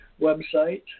website